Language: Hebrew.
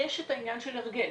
יש את העניין של ההרגל,